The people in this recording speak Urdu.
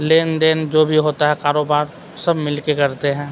لین دین جو بھی ہوتا ہے کاروبار سب مل کے کرتے ہیں